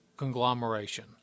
conglomeration